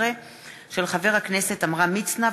פ/2557/19